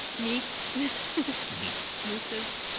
meese meese mooses.